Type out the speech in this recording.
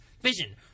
vision